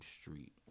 Street